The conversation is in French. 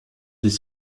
des